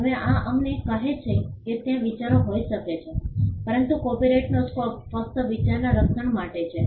હવે આ અમને કહે છે કે ત્યાં વિચારો હોઈ શકે છે પરંતુ કોપિરાઇટનો સ્કોપ ફક્ત વિચારના રક્ષણ માટે છે